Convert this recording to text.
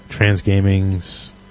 Transgaming's